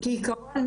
כעיקרון,